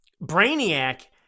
brainiac